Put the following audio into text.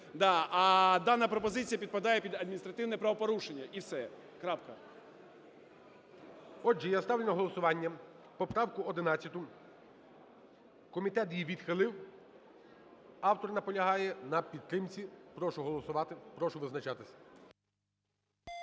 А дана пропозиція підпадає під адміністративне правопорушення і все. Крапка. ГОЛОВУЮЧИЙ. Отже, я ставлю на голосування поправку 11. Комітет її відхилив, автор наполягає на підтримці. Прошу голосувати, прошу визначатись.